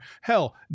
Hell